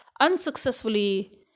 unsuccessfully